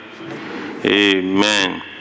Amen